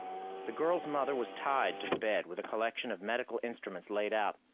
the girl's mother was tied to the bed, with a collection of medical instruments laid out,